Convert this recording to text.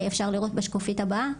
אפשר לראות בשקופית הבאה,